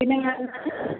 പിന്നെ ഞാൻ